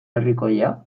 herrikoia